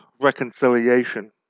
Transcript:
reconciliation